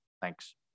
Thanks